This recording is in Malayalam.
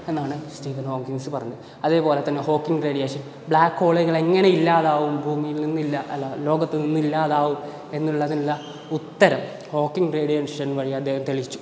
എന്നാണ് സ്റ്റീഫൻ ഹോക്കിൻസ് പറഞ്ഞത് അതേപോലെ തന്നെ ഹോക്കിങ് റേഡിയേഷൻ ബ്ലാക്ക് ഹോളുകൾ എങ്ങനെ ഇല്ലാതാകുന്നു ഭൂമിയിൽ നിന്ന് ഇല്ല അല്ല ലോകത്ത് നിന്ന് ഇല്ലാതാകുന്നു എന്നുള്ളതിനുള്ള ഉത്തരം ഹോക്കിങ് റേഡിയേഷൻ വഴി അദ്ദേഹം തെളിയിച്ചു